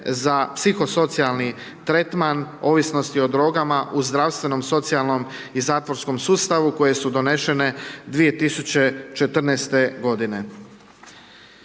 za psihosocijalni tretman, ovisnosti o drogama u zdravstvenom, socijalnom i zatvorskom sustavu, koje su donesene 2014. g.